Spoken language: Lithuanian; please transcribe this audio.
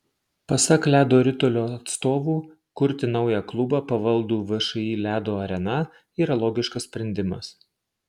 pasak ledo ritulio atstovų kurti naują klubą pavaldų všį ledo arena yra logiškas sprendimas